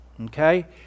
Okay